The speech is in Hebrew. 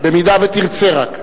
במידה שתרצה, רק.